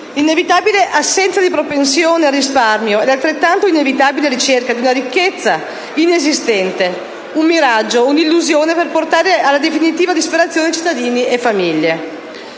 inevitabile assenza di propensione al risparmio ed altrettanto inevitabile ricerca di una ricchezza inesistente; un miraggio e un'illusione, per portare alla definitiva disperazione cittadini e famiglie.